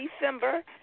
December